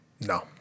No